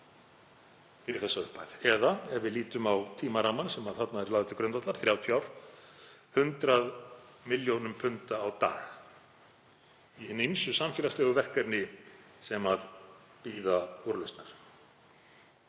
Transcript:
fyrir þá upphæð eða, ef við lítum á tímarammann sem þarna eru lagður til grundvallar, 30 ár, 100 milljónum punda á dag í hin ýmsu samfélagslegu verkefni sem bíða úrlausnar.